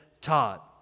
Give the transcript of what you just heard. taught